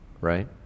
right